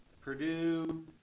Purdue